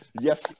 Yes